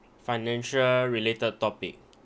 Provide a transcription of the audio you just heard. financial related topic